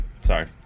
Sorry